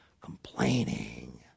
complaining